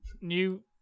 new